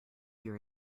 your